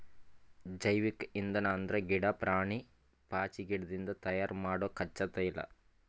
ಜೈವಿಕ್ ಇಂಧನ್ ಅಂದ್ರ ಗಿಡಾ, ಪ್ರಾಣಿ, ಪಾಚಿಗಿಡದಿಂದ್ ತಯಾರ್ ಮಾಡೊ ಕಚ್ಚಾ ತೈಲ